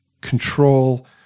control